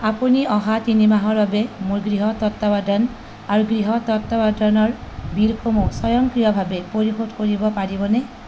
আপুনি অহা তিনি মাহৰ বাবে মোৰ গৃহ তত্বাৱধান আৰু গৃহ তত্বাৱধানৰ বিলসমূহ স্বয়ংক্ৰিয়ভাৱে পৰিশোধ কৰিব পাৰিবনে